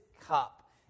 cup